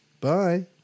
Bye